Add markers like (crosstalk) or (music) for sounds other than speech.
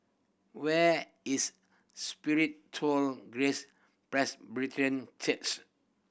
where is Spiritual Grace (unintelligible) Church